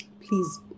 please